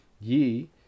ye